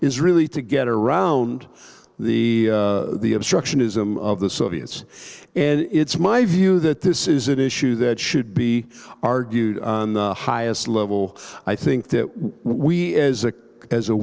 is really to get around the obstructionism of the soviets and it's my view that this is an issue that should be argued on the highest level i think that we as a as a